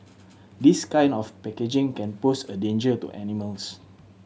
this kind of packaging can pose a danger to animals